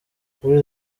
kuri